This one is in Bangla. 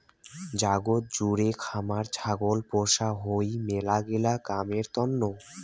জাগাত জুড়ে খামার ছাগল পোষা হই মেলাগিলা কামের তন্ন